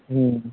হুম